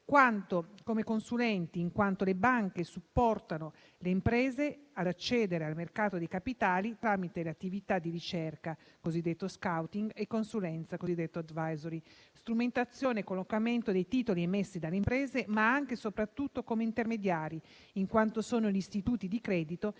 quanto come consulenti, in quanto le banche supportano le imprese ad accedere al mercato dei capitali, tramite attività di ricerca (cosiddetto *scouting*), consulenza (cosiddetto *advisory*), strutturazione e collocamento dei titoli emessi dalle imprese, ma anche e soprattutto come intermediari, in quanto sono gli istituti di credito